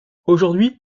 aujourd’hui